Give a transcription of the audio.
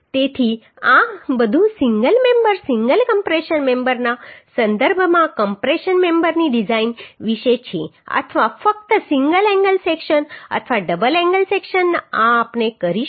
તેથી આ બધું સિંગલ મેમ્બર સિંગલ કમ્પ્રેશન મેમ્બરના સંદર્ભમાં કમ્પ્રેશન મેમ્બરની ડિઝાઇન વિશે છે અથવા ફક્ત સિંગલ એંગલ સેક્શન અથવા ડબલ એંગલ સેક્શન આ આપણે કરીશું